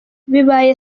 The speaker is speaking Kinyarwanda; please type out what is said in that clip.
bibaye